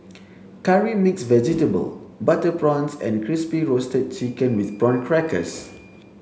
curry mixed vegetable butter prawns and crispy roasted chicken with prawn crackers